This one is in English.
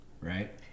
right